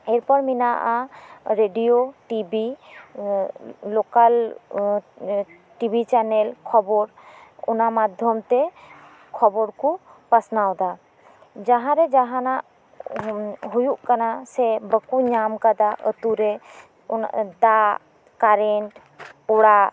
ᱮᱨᱯᱚᱨ ᱢᱮᱱᱟᱜᱼᱟ radio TV local TV channel ᱠᱷᱚᱵᱚᱨ ᱚᱱᱟ ᱢᱟᱫᱽᱫᱷᱚᱢ ᱛᱮ ᱠᱷᱚᱵᱚᱨ ᱠᱚ ᱯᱟᱥᱱᱟᱣ ᱫᱟ ᱡᱟᱦᱟᱸᱨᱮ ᱡᱟᱦᱟᱸᱱᱟᱜ ᱦᱩᱭᱩᱜ ᱠᱟᱱᱟ ᱥᱮ ᱵᱟᱠᱚ ᱧᱟᱢ ᱠᱟᱫᱟ ᱟᱛᱩᱨᱮ ᱚᱱᱟ ᱫᱟᱜ ᱠᱟᱨᱮᱸᱴ ᱚᱲᱟᱜ